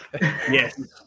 Yes